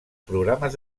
programes